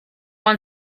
when